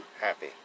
happy